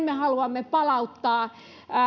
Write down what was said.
me haluamme palauttaa